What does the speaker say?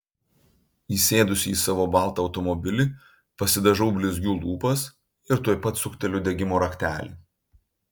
įsėdusi į savo baltą automobilį pasidažau blizgiu lūpas ir tuoj pat sukteliu degimo raktelį